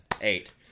eight